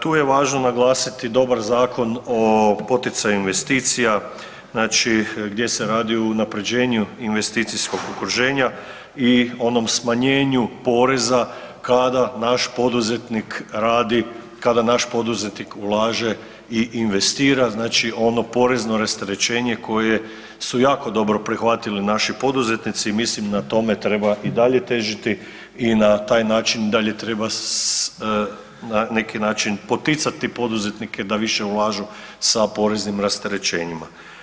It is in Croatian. Tu je važno naglasiti dobar Zakon o poticanju investicija, gdje se radi o unapređenju investicijskog okruženja i onom smanjenju poreza kada naš poduzetnik radi, kada naš poduzetnik ulaže i investira znači ono porezno rasterećenje koje su jako dobro prihvatili naši poduzetnici i mislim na tome treba i dalje težiti i na taj način i dalje treba na neki način poticati poduzetnike da više ulažu sa poreznim rasterećenjima.